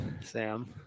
sam